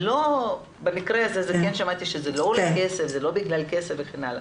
וזה לא בגלל כסף וכן הלאה,